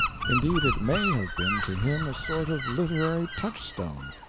indeed, it may have been to him a sort of literary touchstone,